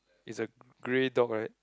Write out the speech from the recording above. is a grey dog right